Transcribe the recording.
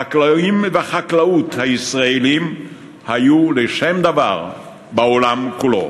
החקלאים והחקלאות הישראליים היו לשם דבר בעולם כולו.